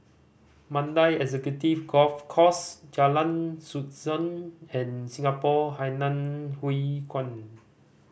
Mandai Executive Golf Course Jalan Susan and Singapore Hainan Hwee Kuan